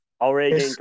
Already